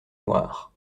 noires